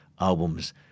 albums